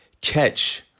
catch